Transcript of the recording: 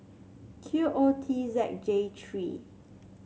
Q O T Z J three